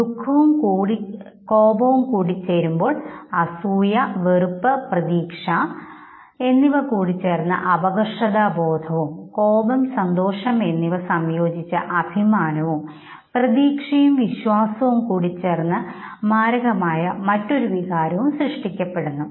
ദുഖവും കോപവും കൂടിച്ചേർന്ന് അസൂയ വെറുപ്പ് പ്രതീക്ഷ എന്നിവ കൂടിച്ചേർന്ന് അപകർഷതാബോധം കോപം സന്തോഷം എന്നിവ സംയോജിച്ചു അഭിമാനവും പ്രതീക്ഷയും വിശ്വാസവും കൂടിച്ചേർന്ന് മാരകമായ മറ്റൊരു വികാരവും സൃഷ്ടിക്കപ്പെടുന്നു